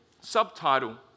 subtitle